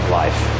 life